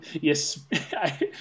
yes